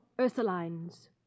Ursulines